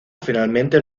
finalmente